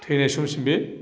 थैनाय समसिम बे